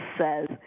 says